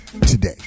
today